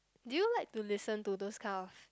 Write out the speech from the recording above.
do you like to listen to those kind of